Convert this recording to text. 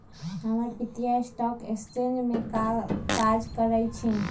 हमर पितिया stock exchange में काज करइ छिन्ह